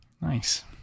Nice